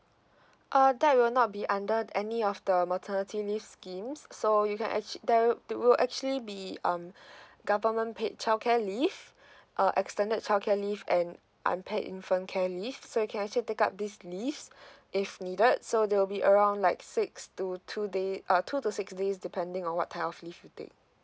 uh that will not be under any of the maternity leave schemes so you can actu~ there there would actually be um government paid childcare leave a extended childcare leave and unpaid infant care leave so you can actually take up these leaves if needed so there will be around like six to two day uh two to six days depending on what type of leave you take